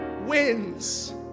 wins